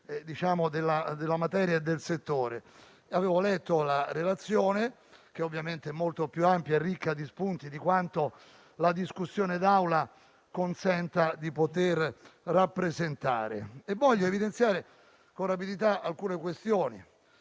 specifichi della materia e del settore. Avevo letto la relazione, che ovviamente è molto più ampia e ricca di spunti di quanto la discussione in Aula consenta di poter rappresentare, e voglio evidenziare con rapidità alcune questioni.